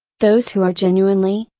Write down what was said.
those who are genuinely,